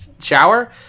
shower